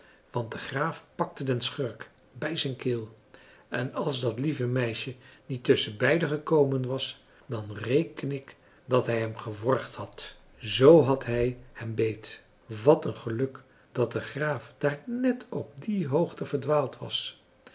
want de graaf pakte den schurk bij zijn keel en als dat lieve meisje niet tusschen beiden gekomen was dan reken ik dat hij hem geworgd had zoo had hij hem beet wat een geluk dat de graaf daar net op die hoogte verdwaald was